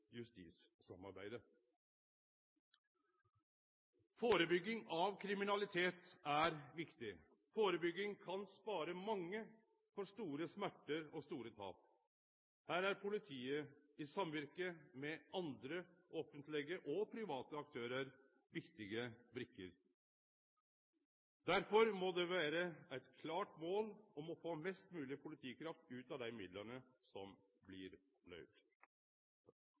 Førebygging av kriminalitet er viktig. Førebygging kan spare mange for store smerter og store tap. Her er politiet, i samvirke med andre offentlege og private aktørar, viktige brikker. Derfor må det vere eit klart mål å få mest mogleg politikraft ut av dei midlane som blir